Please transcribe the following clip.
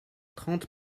trente